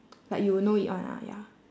like you will know it [one] lah ya